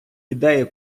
ідею